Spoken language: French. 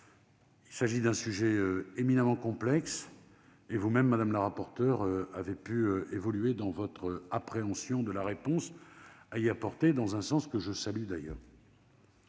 Il s'agit d'un sujet éminemment complexe et vous-même, madame la rapporteure, avez pu évoluer dans votre appréhension de la réponse à apporter, dans un sens que, d'ailleurs,